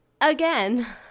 Again